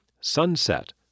Sunset